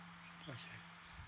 okay